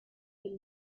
del